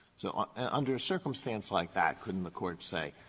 so ah and under a circumstance like that, couldn't the court say,